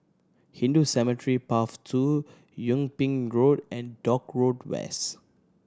Hindu Cemetery Path Two Yung Ping Road and Dock Road West